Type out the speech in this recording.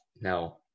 No